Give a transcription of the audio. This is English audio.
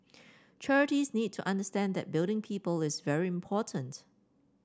charities need to understand that building people is very important